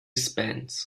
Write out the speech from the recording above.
spans